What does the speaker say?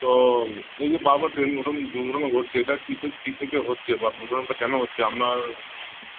তো এই যে বারবার ট্রেন ঘটনা দুর্ঘটনা ঘটছে এটা কী সে কী থেকে হচ্ছে বা দুর্ঘটনাগুলা কেন হচ্ছে আপনার